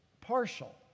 partial